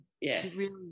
Yes